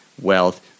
wealth